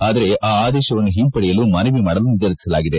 ಆದರೆ ಆ ಆದೇಶವನ್ನು ಹಿಂಪಡೆಯಲು ಮನವಿ ಮಾಡಲು ನಿರ್ಧರಿಸಲಾಗಿದೆ